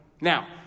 Now